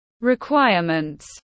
requirements